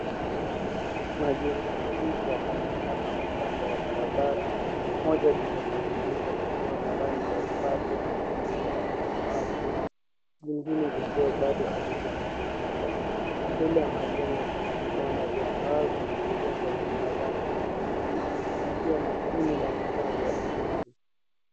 Majengo mawili yanaonekana upande wa barabara, moja limekamilika likiwa na rangi ya upape na madirisha ya samawati, jingine likiwa bado halijamalizika. Mbele ya majengo kuna vibanda vya mbao vilivyojengwa kwa mabati na miti, vikiwa na kuni na vifaa vya ujenzi.